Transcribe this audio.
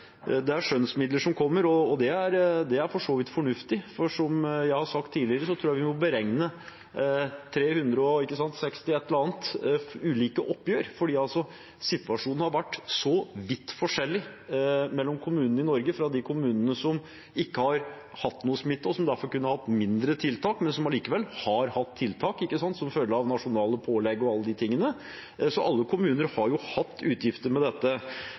så vidt fornuftig. Som jeg har sagt tidligere, tror jeg vi må beregne nesten 360 ulike oppgjør fordi situasjonen har vært så vidt forskjellig mellom kommunene i Norge. Det har vært kommuner som ikke har hatt noe smitte, og som derfor har kunnet ha færre tiltak, men som likevel har hatt tiltak som følge av nasjonale pålegg. Så alle kommunene har hatt utgifter med dette.